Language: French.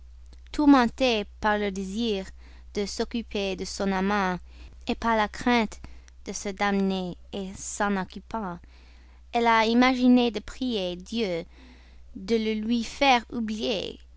tourmentée par le désir de s'occuper de son amant par la crainte de se damner en s'en occupant elle a imaginé de prier dieu de le lui faire oublier